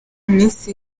minsi